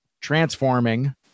transforming